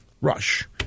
Rush